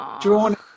drawn